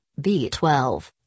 B12